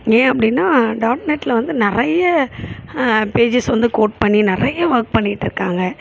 ஏன் அப்படின்னா டாட் நெட்டில் வந்து நிறைய பேஜஸ் வந்து கோட் பண்ணி நிறைய ஒர்க் பண்ணிட்டுருக்காங்க